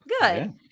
Good